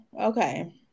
okay